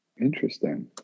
Interesting